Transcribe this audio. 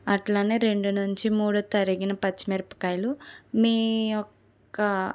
అట్లానే రెండు నుంచి మూడు తరిగిన పచ్చిమిరపకాయలు మీ యొక్క